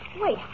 Wait